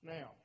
Now